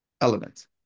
elements